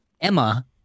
Emma